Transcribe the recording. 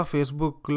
Facebook